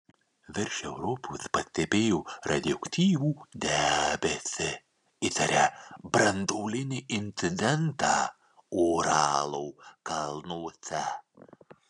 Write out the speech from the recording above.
virš europos pastebėjo radioaktyvų debesį įtaria branduolinį incidentą uralo kalnuose